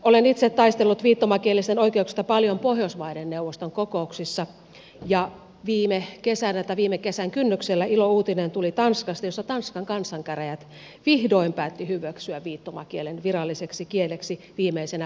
olen itse taistellut viittomakielisten oikeuksista paljon pohjoismaiden neuvoston kokouksissa ja viime kesän kynnyksellä tuli ilouutinen tanskasta jossa tanskan kansankäräjät vihdoin päätti hyväksyä viittomakielen viralliseksi kieleksi viimeisenä pohjoismaana